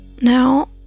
now